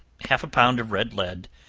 half a pound of red lead,